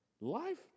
Life